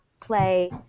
play